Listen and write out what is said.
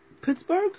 Pittsburgh